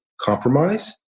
compromise